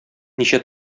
ничә